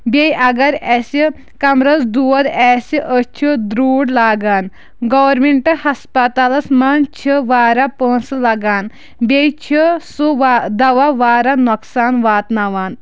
بیٚیہِ اگر اَسہِ کَمرَس دود آسہِ أسۍ چھِ درٛوڑ لاگان گورمٮ۪نٛٹہٕ ہَسپَتالَس منٛز چھِ واراہ پۅنٛسہٕ لَگان بیٚیہِ چھِ سُہ وا دَوا واراہ نۄقصان واتناوان